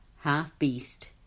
half-beast